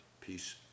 Peace